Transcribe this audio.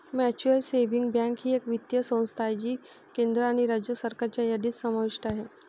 mutual savings bank ही एक वित्तीय संस्था आहे जी केंद्र आणि राज्य सरकारच्या यादीत समाविष्ट आहे